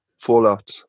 fallout